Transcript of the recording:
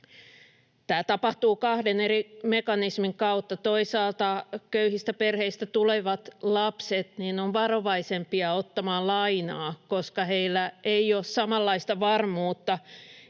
Tämä tapahtuu kahden eri mekanismin kautta. Toisaalta köyhistä perheistä tulevat lapset ovat varovaisempia ottamaan lainaa, koska heillä ei ole samanlaista varmuutta